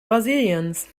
brasiliens